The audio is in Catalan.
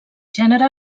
gènere